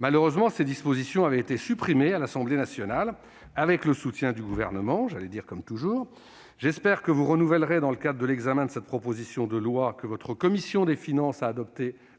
Malheureusement, ces dispositions avaient été supprimées par l'Assemblée nationale, avec le soutien du Gouvernement, comme toujours ... J'espère que vous renouvellerez dans le cadre de l'examen de cette proposition de loi, que votre commission des finances a adopté